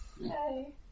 Yay